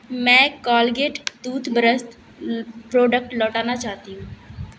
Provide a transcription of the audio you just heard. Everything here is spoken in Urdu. میں کولگیٹ ٹوتھ برش پروڈکٹ لوٹانا چاہتی ہوں